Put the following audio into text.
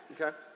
Okay